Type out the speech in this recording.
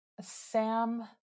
Sam